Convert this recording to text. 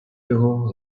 його